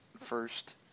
first